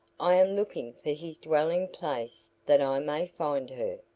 i am looking for his dwelling-place that i may find her.